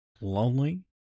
lonely